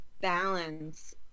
balance